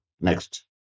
Next